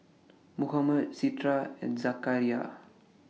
Muhammad Citra and Zakaria